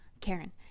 Karen